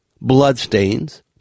bloodstains